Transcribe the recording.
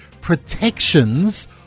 protections